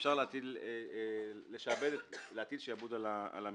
אפשר להטיל שעבוד על המקרקעין.